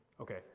Okay